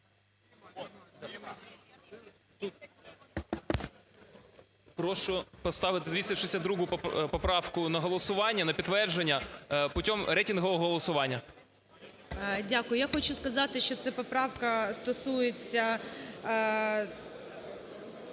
Прошу поставити 262 поправку на голосування на підтвердження путем рейтингового голосування. ГОЛОВУЮЧИЙ. Дякую. Я хочу сказати, що ця поправка стосується